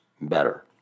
better